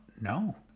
No